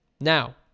Now